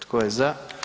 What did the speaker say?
Tko je za?